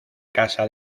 casa